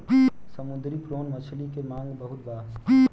समुंदरी प्रोन मछली के मांग बहुत बा